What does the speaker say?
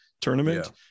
tournament